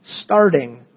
starting